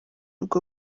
ubwo